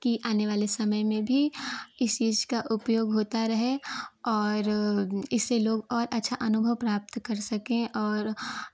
कि आने वाले समय में भी इस चीज़ का उपयोग होता रहे और इससे लोग और अच्छा अनुभव प्राप्त कर सकें और